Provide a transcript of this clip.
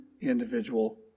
individual